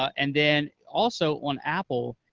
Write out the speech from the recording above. and then also, on apple,